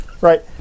right